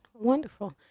Wonderful